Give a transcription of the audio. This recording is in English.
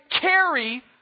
carry